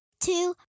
two